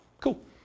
Cool